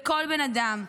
לכל בן אדם.